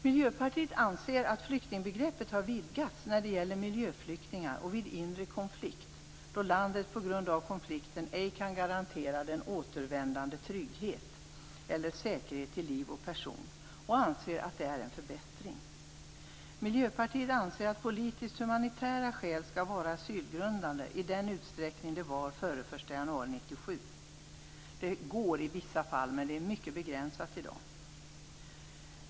Miljöpartiet anser att flyktingbegreppet har vidgats när det gäller miljöflyktingar och flyktingar vid inre konflikt då landet på grund av konflikten ej kan garantera den återvändande trygghet eller säkerhet till liv och person. Vi anser att det är en förbättring. Miljöpartiet anser att politiska och humanitära skäl bör vara asylgrundande i den utsträckning de var före den 1 januari 1997. Det går i vissa fall, men det är mycket begränsat.